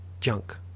junk